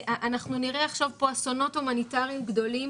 אנחנו נראה עכשיו פה אסונות הומניטריים גדולים.